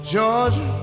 Georgia